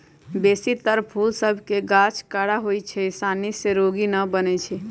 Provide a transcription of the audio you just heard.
बेशी तर फूल सभ के गाछ कड़ा होइ छै जे सानी से रोगी न बनै छइ